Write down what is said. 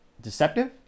deceptive